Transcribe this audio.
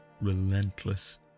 relentless